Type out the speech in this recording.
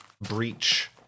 Breach